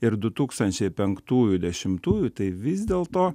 ir du tūkstančiai penktųjų dešimtųjų tai vis dėlto